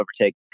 overtake